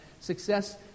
success